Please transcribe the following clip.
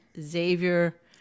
Xavier